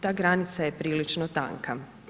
Ta granica je prilično tanka.